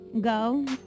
Go